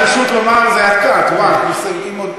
אני לא מבין.